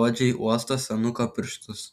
godžiai uosto senuko pirštus